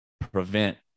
prevent